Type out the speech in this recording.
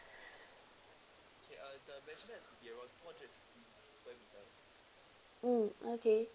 mm okay